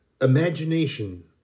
imagination